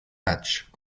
matchs